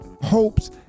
hopes